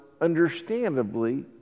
understandably